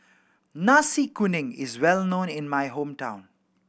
Nasi Kuning is well known in my hometown